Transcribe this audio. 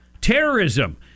terrorism